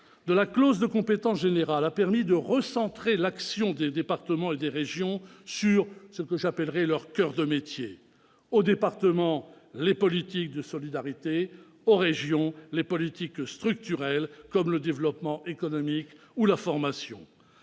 de la clause de compétence générale a permis de recentrer l'action des départements et des régions sur ce que j'appellerai leur coeur de métier : aux départements, les politiques de solidarité ; aux régions, les politiques structurelles, comme le développement économique ou la formation.